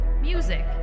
music